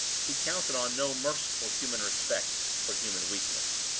he counted on no merciful human respect for human weakness.